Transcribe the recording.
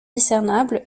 discernable